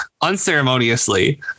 unceremoniously